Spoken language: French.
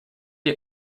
est